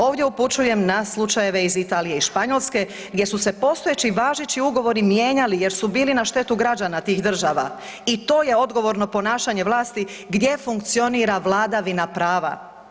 Ovdje upućujem na slučajeve iz Italije i Španjolske gdje su se postojeći važeći ugovori mijenjali jer su bili na štetu građana tih država i to je odgovorno ponašanje vlasti gdje funkcionira vladavina prava.